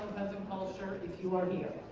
culture if you are here.